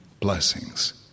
blessings